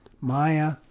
Maya